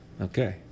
Okay